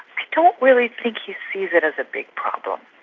i don't really think he sees it as a big problem.